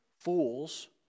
fools